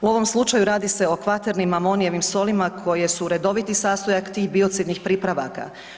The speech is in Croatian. U ovom slučaju radi se o kvaternim amonijevim solima koje su redoviti sastojak tih biocidnih pripravaka.